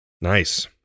Nice